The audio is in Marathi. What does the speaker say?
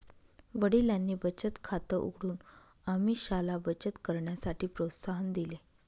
वडिलांनी बचत खात उघडून अमीषाला बचत करण्यासाठी प्रोत्साहन दिले